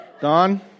Don